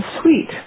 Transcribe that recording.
Sweet